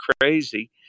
crazy